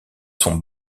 son